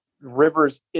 Rivers